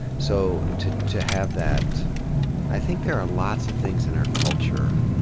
so, to to have that i think there are lots of things in our culture,